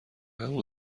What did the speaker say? همون